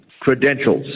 credentials